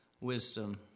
wisdom